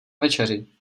večeři